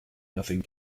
nothing